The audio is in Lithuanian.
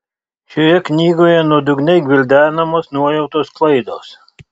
šioje knygoje nuodugniai gvildenamos nuojautos klaidos